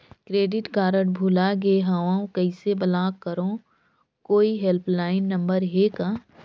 Credit card भुला गे हववं कइसे ब्लाक करव? कोई हेल्पलाइन नंबर हे का?